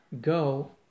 go